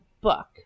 book